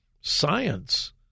science